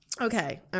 Okay